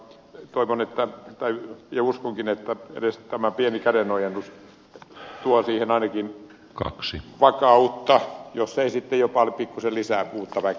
toivon ja uskonkin että edes tämä pieni kädenojennus tuo siihen ainakin vakautta jos ei sitten jopa pikkuisen lisää uutta väkeä